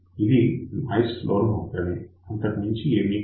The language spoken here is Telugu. ఇది నాయిస్ ఫ్లోర్ మాత్రమే అంతకు మించి ఏమీ కాదు